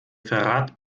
verrat